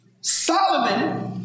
Solomon